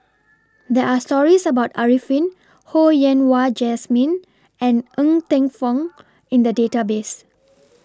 There Are stories about Arifin Ho Yen Wah Jesmine and Ng Teng Fong in The Database